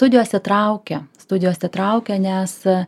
studijose traukia studijose traukia nes